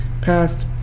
passed